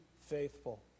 faithful